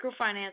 microfinance